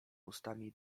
ustami